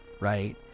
right